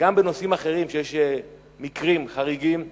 וגם בנושאים אחרים, שיש מקרים חריגים,